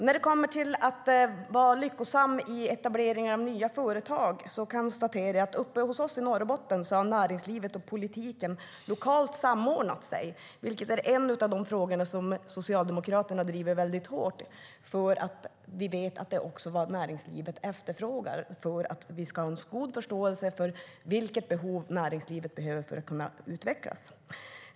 När det handlar om att vara lyckosam i etableringen av nya företag konstaterar jag att uppe hos oss i Norrbotten har näringslivet och politiken samordnat sig lokalt. Det är en av de frågor som Socialdemokraterna driver väldigt hårt eftersom vi vet att det är vad näringslivet efterfrågar. Vi ska ha en god förståelse av vilka behov näringslivet har för att kunna utvecklas.